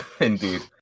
indeed